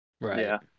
Right